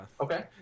Okay